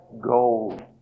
gold